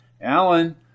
Alan